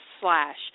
Slash